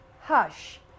Hush